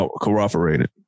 corroborated